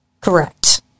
Correct